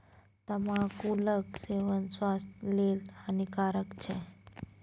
तमाकुलक सेवन स्वास्थ्य लेल हानिकारक छै